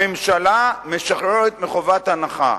הממשלה משחררת מחובת הנחה,